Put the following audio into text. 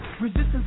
Resistance